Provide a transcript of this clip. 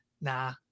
nah